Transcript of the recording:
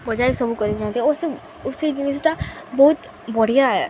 ବଜାଇ ସବୁ କରିିନ୍ତି ଓ ସେଇ ଓ ସେଇ ଜିନିଷ୍ଟା ବହୁତ୍ ବଢ଼ିଆ ଏ